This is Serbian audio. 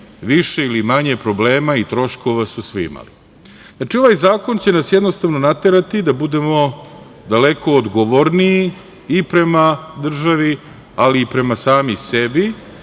više ili manje problema i troškova su svi imali. Znači, ovaj zakon će nas jednostavno naterati da budemo daleko odgovorniji i prema državi, ali i prema sami sebi,